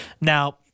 Now